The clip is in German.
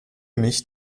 mich